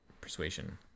persuasion